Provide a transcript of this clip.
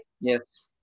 Yes